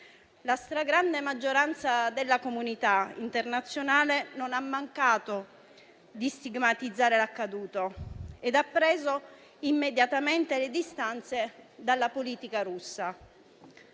La stragrande maggioranza della comunità internazionale non ha mancato di stigmatizzare l'accaduto ed ha preso immediatamente le distanze dalla politica russa.